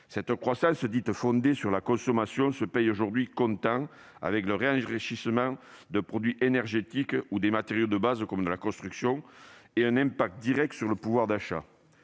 Cette croissance, dite « fondée sur la consommation », se paye aujourd'hui comptant avec le renchérissement de produits énergétiques ou des matériaux de base, comme dans la construction, et un impact direct sur le pouvoir d'achat.